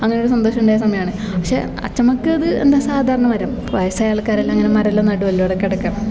അങ്ങനെ ഒരു സന്തോഷം ഉണ്ടായ സമയമാണ് പക്ഷേ അച്ഛമ്മക്ക് അത് എന്താ സാധാരണ മരം വയസ്സായ ആൾക്കാരെല്ലാം ഇങ്ങനെ മരോല്ലാം നടുവല്ലോ ഇടക്കിടക്ക്